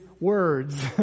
words